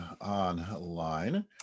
online